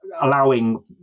allowing